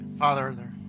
Father